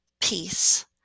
peace